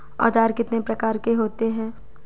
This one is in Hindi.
औज़ार कितने प्रकार के होते हैं?